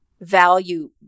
value